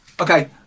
Okay